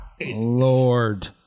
lord